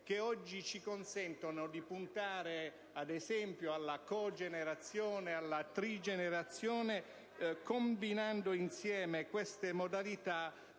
che oggi ci consentono di puntare alla cogenerazione e alla trigenerazione combinando insieme queste modalità